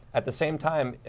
at the same time,